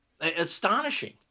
Astonishing